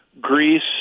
Greece